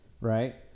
right